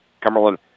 Cumberland